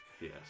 Yes